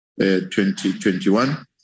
2021